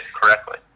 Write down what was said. correctly